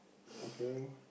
okay